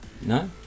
No